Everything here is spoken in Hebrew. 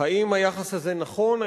האם היחס הזה נכון,